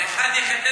אחד יחטא